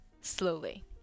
Slowly